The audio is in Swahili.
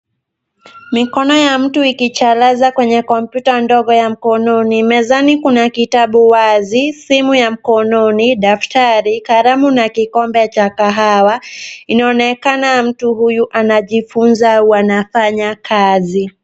Mikono ya mtu ikicharaza kwenye kompyuta ndogo ya mkononi mezani kuna kitabu wazi ,simu ya mkononi, daftari ,kalamu na kikombe cha kahawa inaonekana mtu huyu anajifunza wanafanya kazi.